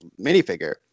minifigure